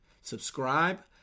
subscribe